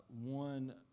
one